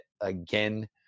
again